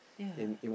yeah